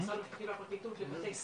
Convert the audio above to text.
ממשרד המשפטים והפרקליטות לבתי ספר,